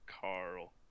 Carl